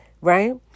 right